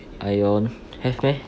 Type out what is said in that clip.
ion have meh